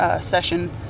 session